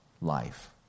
life